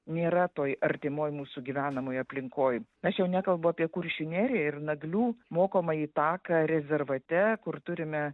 nėra toj artimoj mūsų gyvenamoj aplinkoj aš jau nekalbu apie kuršių neriją ir naglių mokomąjį taką rezervate kur turime